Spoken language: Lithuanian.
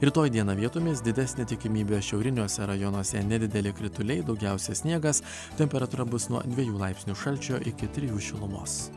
rytoj dieną vietomis didesnė tikimybė šiauriniuose rajonuose nedideli krituliai daugiausia sniegas temperatūra bus nuo dviejų laipsnių šalčio iki trijų šilumos